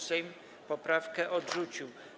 Sejm poprawkę odrzucił.